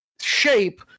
shape